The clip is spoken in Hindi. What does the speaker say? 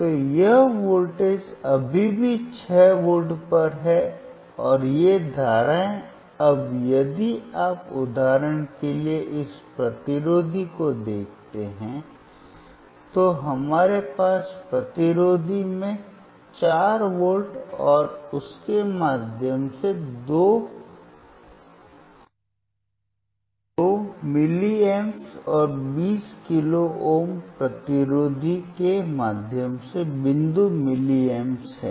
तो यह वोल्टेज अभी भी छह वोल्ट पर है और ये धाराएं अब यदि आप उदाहरण के लिए इस प्रतिरोधी को देखते हैं तो हमारे पास प्रतिरोधी में चार वोल्ट और उसके माध्यम से दो मिलीमीटर और बीस किलो ओम प्रतिरोधी के माध्यम से बिंदु मिलीमीटर है